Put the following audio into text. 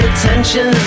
attention